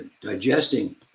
digesting